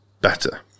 better